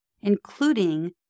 including